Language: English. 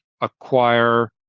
acquire